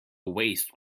waste